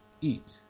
eat